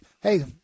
Hey